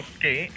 Okay